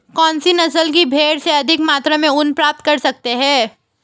कौनसी नस्ल की भेड़ से अधिक मात्रा में ऊन प्राप्त कर सकते हैं?